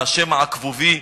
מהשם העקבובי,